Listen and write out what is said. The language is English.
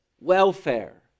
welfare